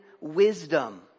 wisdom